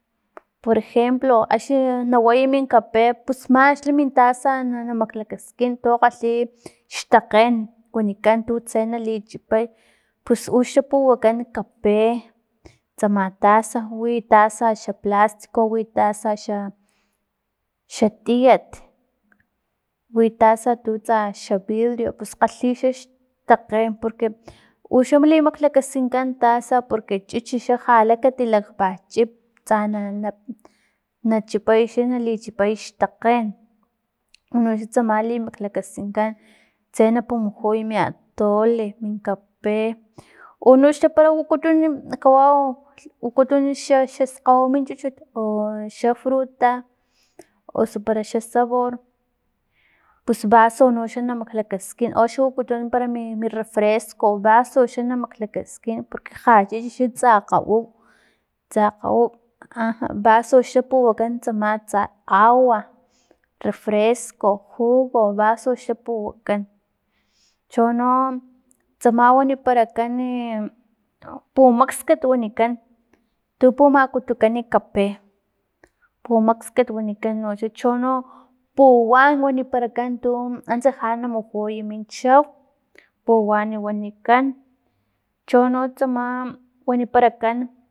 Por ejemplo, axni naway min kape pus manxa mintasa na namaklakaskin to kgalhi xtakgen wanikantu tse lichipay pus uxa puwakan kape tsama taza, wi taza xa plastic. o wi taza xa- xa tiat, wi taza untu tsa xa vidrio, pus kgalhi xa xtakgen porque uxa limaklakaskinkan taza porque chichi jala kati lakpachip tsa na. na- nachipay xa nali chipay xtakgen unoxa tsama limaklakaskinkan tse na pumujuy mi atole min kape unoxla para wukutun kawau wakutun xa xaskgawiwi min chuchut o xa fruta, osu para xa sabor pus vaso noxa na maklakaskin oxa para wakutuna mi- mi refresco vaso xa na pumaklakaskin porque ja chichi xan tsama tsa kgawiw, tsa kgawiw aja vaso xa puwakan tsama tsa agua, refresco o jugo vaso xa puwakan chono tsama waniparakan i pumakxkat wanikan tu pumakutukan kape pumaxkat wanikan noxa chono puwan waniparakan tu antsa ja mujuy min chau puwan wanikan chonotsama waniparakan